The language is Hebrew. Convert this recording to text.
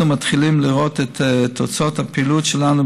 אנחנו מתחילים לראות את תוצאות הפעילות שלנו